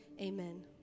amen